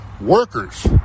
workers